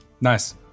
Nice